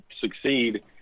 succeed